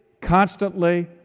constantly